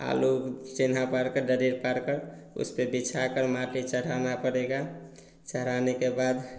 आलू चिन्ह पार कर दायरेर पार कर उसमें बिछाकर माटी चढ़ाना पड़ेगा चढ़ाने के बाद